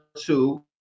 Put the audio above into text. two